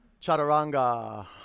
chaturanga